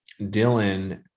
dylan